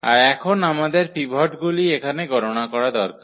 আর এখন আমাদের পিভটগুলি এখানে গণনা করা দরকার